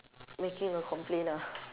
making a complain ah